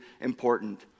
important